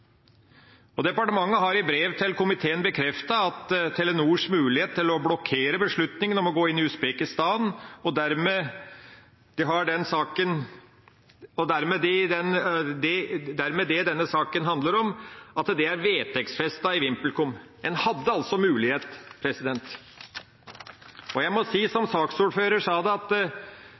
Departementet har i brev til komiteen bekreftet at Telenors mulighet til å blokkere beslutningen om å gå inn i Usbekistan, og dermed det denne saken handler om, er vedtekstfestet i VimpelCom. En hadde altså en mulighet. Jeg må si, som saksordføreren sa det, at det er